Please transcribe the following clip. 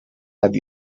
have